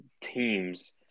teams